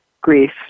Grief